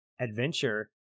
adventure